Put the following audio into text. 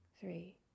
three